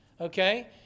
Okay